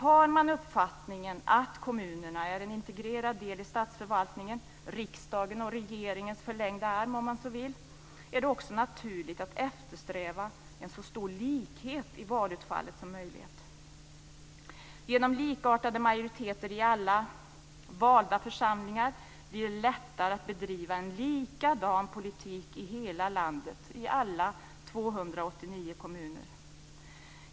Har man uppfattningen att kommunerna är en integrerad del i statsförvaltningen - riksdagens och regeringens förlängda arm, om man så vill - är det också naturligt att eftersträva en så stor likhet i valutfallet som möjligt. Genom likartade majoriteter i alla valda församlingar blir det lättare att bedriva en likadan politik i hela landet, i alla 289 kommuner.